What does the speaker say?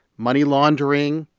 money laundering,